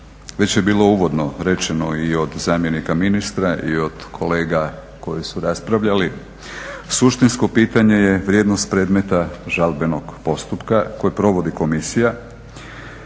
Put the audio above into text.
Već je bilo uvodno rečeno i od zamjenika ministra i od kolega koji su raspravljali suštinsko pitanje je vrijednost predmeta žalbenog postupka koje provodi komisija.